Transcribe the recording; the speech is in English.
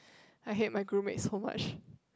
I hate my group mates so much